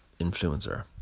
influencer